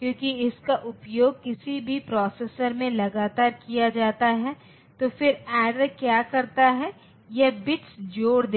क्योंकि प्लस 0 का प्रतिनिधित्व सभी 0 से होता है अब यदि आपको माइनस 0 मिला है यदि आप माइनस 0